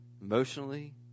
emotionally